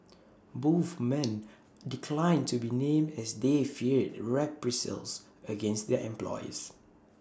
both men declined to be named as they feared reprisals against their employers